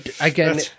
again